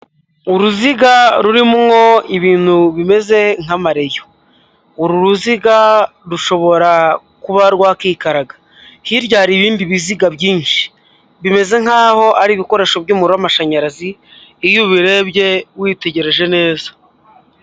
Uruziga rumwo ibintu bimeze nk'amareyo. Uru ruziga rushobora kuba rwakwikaraga, hirya hari ibindi biziga byinshi bimeze nk'aho ari ibikoresho by'umuriro w'amashanyarazi iyo ubirebye witegereje neza.